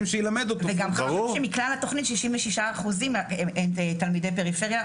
וגם מכלל התכנית 66% הם תלמידי פריפריה,